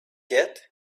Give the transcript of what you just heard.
yet